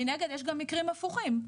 מנגד יש גם מקרים הפוכים,